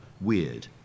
Weird